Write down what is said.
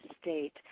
state